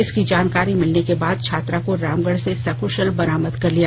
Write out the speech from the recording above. इसकी जानकारी मिलने के बाद छात्रा को रामगढ़ से सकुशल बरामद कर लिया